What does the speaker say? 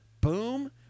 boom